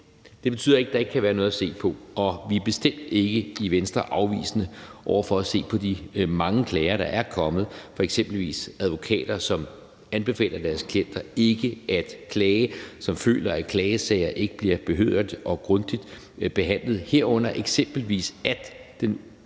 det betyder ikke, at der ikke kan være noget at se på. Og i Venstre er vi bestemt ikke afvisende over for at se på de mange klager, der er kommet, fra eksempelvis advokater, som anbefaler deres klienter ikke at klage, og som føler, at klagesager ikke bliver behørigt og grundigt behandlet, herunder eksempelvis